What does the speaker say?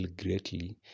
greatly